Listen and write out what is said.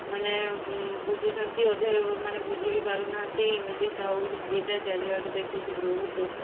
ମାନେ ବୁଝୁଛନ୍ତି ଅଧେ ମାନେ ବୁଝି ବି ପାରୁନାହାନ୍ତି ଇଂଲିଶ୍ ଆଉ ହିନ୍ଦୀଟା ଚାରିଆଡ଼େ ଦେଖୁଛି ବହୁତ